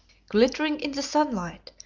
glittering in the sunlight,